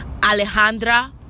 Alejandra